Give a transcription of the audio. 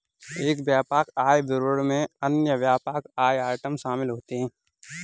एक व्यापक आय विवरण में अन्य व्यापक आय आइटम शामिल होते हैं